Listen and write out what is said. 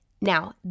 Now